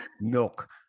milk